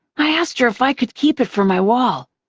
i asked her if i could keep it for my wall.